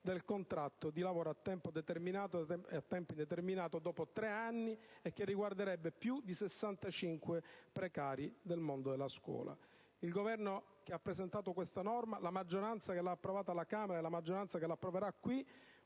del contratto di lavoro da tempo determinato a tempo indeterminato dopo 3 anni, e che riguarderebbe più di 65.000 precari della scuola. Il Governo che ha presentato questa norma, la maggioranza che l'ha approvata alla Camera e la maggioranza che la approverà qui,